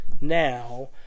now